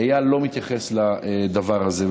איל, לא מתייחס לדבר הזה.